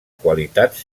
qualitats